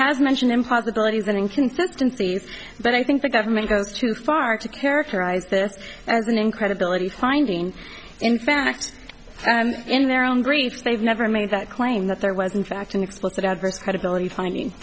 has mentioned improbabilities an inconsistency but i think the government goes too far to characterize this as an incredibility finding in fact in their own griefs they've never made that claim that there was in fact an explicit adverse credibility finding